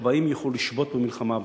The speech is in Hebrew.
שכבאים יוכלו לשבות במלחמה באש.